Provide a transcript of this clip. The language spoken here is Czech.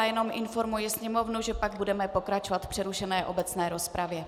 Jenom informuji Sněmovnu, že pak budeme pokračovat v přerušené obecné rozpravě.